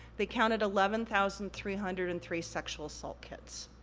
they counted eleven thousand three hundred and three sexual assault kits.